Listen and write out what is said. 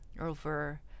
over